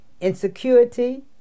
insecurity